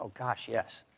gosh, yes.